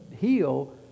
heal